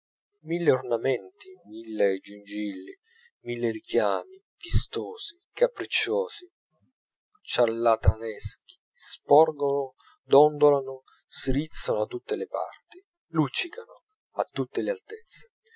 sterminata mille ornamenti mille gingilli mille richiami vistosi capricciosi ciarlataneschi sporgono dondolano si rizzano da tutte le parti luccicano a tutte le altezze